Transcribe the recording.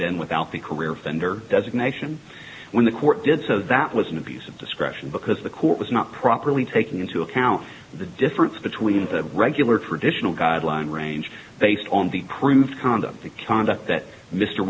been without the career fender designation when the court did so that was an abuse of discretion because the court was not properly taking into account the difference between the regular traditional guideline range based on the proof condom the conduct that mr